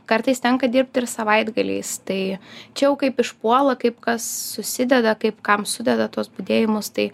kartais tenka dirbti ir savaitgaliais tai čia jau kaip išpuola kaip kas susideda kaip kam sudeda tuos budėjimus tai